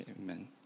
Amen